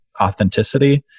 authenticity